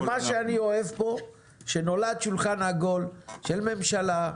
ומה שאני אוהב פה זה שנולד שולחן עגול של ממשלה,